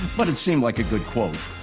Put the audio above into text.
but it seemed like a good quote.